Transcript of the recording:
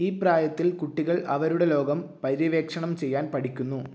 ഈ പ്രായത്തിൽ കുട്ടികൾ അവരുടെ ലോകം പര്യവേക്ഷണം ചെയ്യാൻ പഠിക്കുന്നു